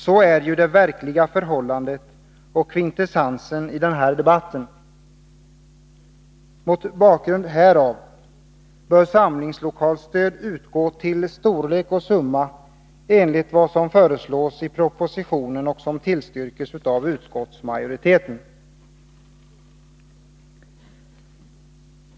Så är ju det verkliga förhållandet, och det är kvintessensen i den här debatten. Mot bakgrund härav bör samlingslokalstöd utgå till storlek och summa enligt vad som föreslås i propositionen och som tillstyrks av utskottsmajoriteten.